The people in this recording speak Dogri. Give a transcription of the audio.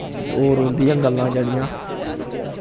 ते होर उं'दियां गल्लां जेह्ड़ियां